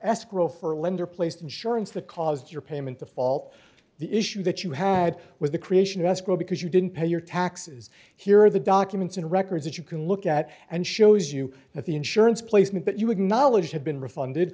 escrow for a lender placed insurance that caused your payment to fault the issue that you had with the creation of escrow because you didn't pay your taxes here are the documents and records that you can look at and shows you that the insurance placement that you acknowledged had been refunded